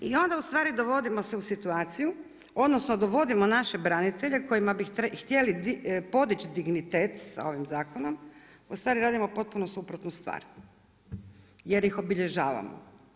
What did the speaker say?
I onda u stvari dovodimo se u situaciju odnosno dovodimo naše branitelje, kojima bi htjeli podići dignitet sa ovim zakonom, ustvari radimo potpunu suprotnu stvar jer ih obilježavamo.